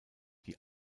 die